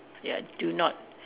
ya do not